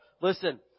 Listen